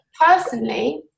personally